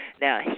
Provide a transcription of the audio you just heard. Now